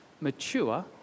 mature